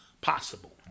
possible